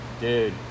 Dude